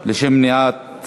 לשם מניעת